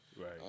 Right